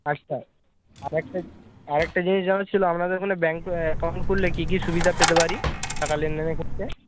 আচ্ছা আরেকটা আরেকটা জিনিস জানার ছিল আপনাদের ওখানে ব্যাংকে অ্যাকাউন্ট খুললে কী কী সুবিধা পেতে পারি টাকা লেনদেনের ক্ষেত্রে